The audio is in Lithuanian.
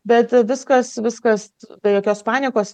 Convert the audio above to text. bet viskas viskas be jokios panikos